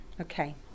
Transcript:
okay